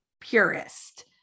purist